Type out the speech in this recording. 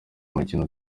mukino